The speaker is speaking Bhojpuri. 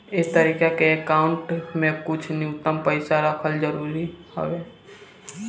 ए तरीका के अकाउंट में कुछ न्यूनतम पइसा के रखल जरूरी हवे